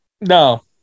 no